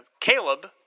Caleb